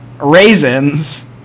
raisins